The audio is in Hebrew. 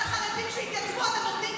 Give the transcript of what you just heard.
חברת הכנסת בן ארי.